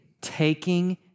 Taking